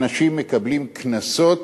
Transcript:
אנשים מקבלים קנסות